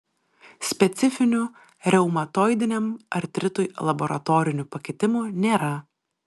specifinių reumatoidiniam artritui laboratorinių pakitimų nėra